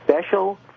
special